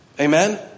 Amen